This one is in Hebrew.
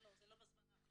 לא, זה לא בזמן האחרון.